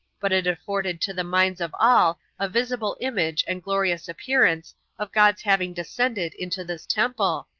but it afforded to the minds of all a visible image and glorious appearance of god's having descended into this temple,